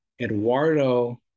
Eduardo